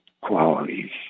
qualities